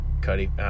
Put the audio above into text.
Cuddy